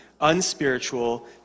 unspiritual